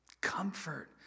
Comfort